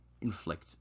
inflict